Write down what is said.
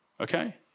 Okay